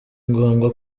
ngombwa